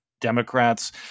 Democrats